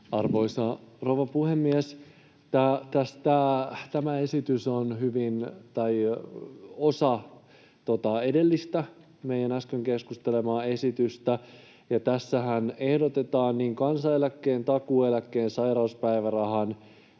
Arvoisa rouva puhemies! Tämä esitys on osa tuota edellistä, meidän äsken keskustelemaa esitystä, ja tässähän ehdotetaan niin kansaneläkkeen, takuueläkkeen, sairauspäivärahan